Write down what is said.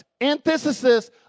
antithesis